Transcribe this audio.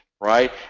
Right